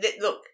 look